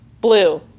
blue